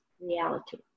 reality